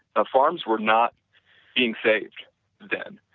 farms were not being saved then.